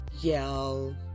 yell